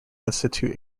institute